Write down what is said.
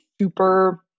super